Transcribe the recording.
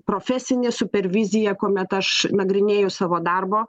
profesinė super vizija kuomet aš nagrinėju savo darbo